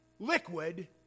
Liquid